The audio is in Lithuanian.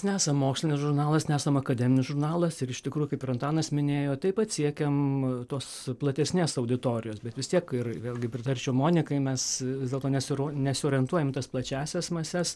nesam mokslinis žurnalas nesam akademinis žurnalas ir iš tikrųjų kaip ir antanas minėjo taip pat siekiam tos platesnės auditorijos bet vis tiek ir vėlgi pritarčiau monikai mes vis dėlto nesiro nesiorientuojam į tas plačiąsias mases